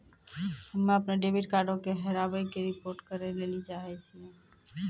हम्मे अपनो डेबिट कार्डो के हेराबै के रिपोर्ट करै लेली चाहै छियै